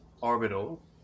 orbital